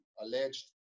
alleged